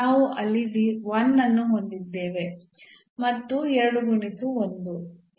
ನಾವು ಅಲ್ಲಿ 1 ಅನ್ನು ಹೊಂದಿದ್ದೇವೆ ಮತ್ತು 2 ಗುಣಿಸು 1